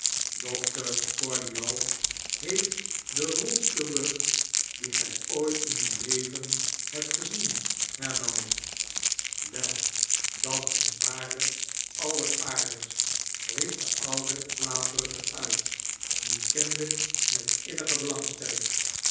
dokter cordial heeft den rondsten rug dien y ooit in uw leven hebt gezien hernam wel dat is waarlyk alleraardigst i riep de oude plaatdrukker uit nu kennelp met innige belangstelling